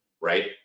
right